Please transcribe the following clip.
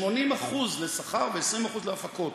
80% לשכר ו-20% להפקות.